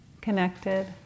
Connected